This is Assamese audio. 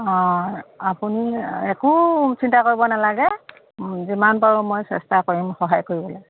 অঁ আপুনি একো চিন্তা কৰিব নালাগে যিমান পাৰোঁ মই চেষ্টা কৰিম সহায় কৰিবলৈ